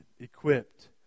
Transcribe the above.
equipped